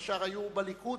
כל השאר היו בליכוד,